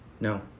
No